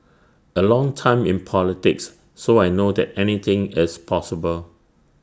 A long time in politics so I know that anything is possible